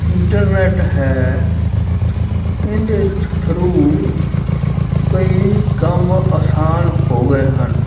internet ਹੈ ਇਹਦੇ ਥ ਥਰੂ ਕਈ ਕੰਮ ਆਸਾਨ ਹੋ ਗਏ ਹਨ